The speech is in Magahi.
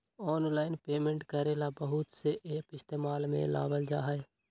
आनलाइन पेमेंट करे ला बहुत से एप इस्तेमाल में लावल जा हई